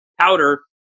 powder